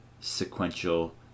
sequential